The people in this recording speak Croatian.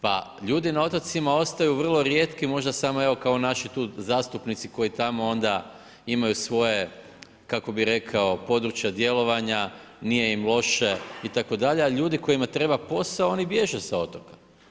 Pa ljudi na otocima ostaju vrlo rijetki, možda samo evo, kao naši tu zastupnici koji tamo onda imaju svoje, kako bi rekao, područja djelovanja, nije im loše itd., a ljudi kojima treba posao oni bježe sa otoka.